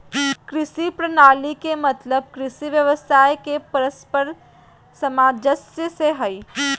कृषि प्रणाली के मतलब कृषि व्यवसाय के परस्पर सामंजस्य से हइ